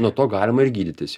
nuo to galima ir gydytis